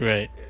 Right